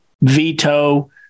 veto